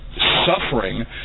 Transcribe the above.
suffering